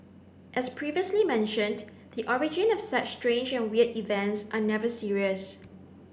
as previously mentioned the origin of such strange and weird events are never serious